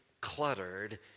cluttered